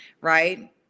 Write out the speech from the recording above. right